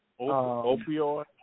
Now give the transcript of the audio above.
Opioid